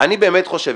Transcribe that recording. אני באמת חושב,